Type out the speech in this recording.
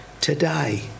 today